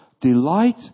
delight